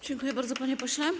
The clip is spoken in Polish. Dziękuję bardzo, panie pośle.